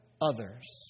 others